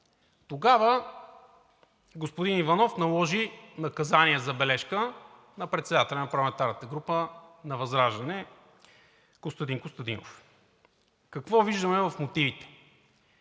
Тогава господин Иванов наложи наказание „забележка“ на председателя на парламентарната група на ВЪЗРАЖДАНЕ Костадин Костадинов. Какво виждаме в мотивите?